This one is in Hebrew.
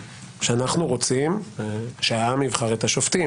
שאנחנו רוצים שהעם יבחר את השופטים,